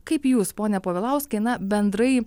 kaip jūs pone povilauskai na bendrai